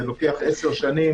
זה לוקח עשר שנים,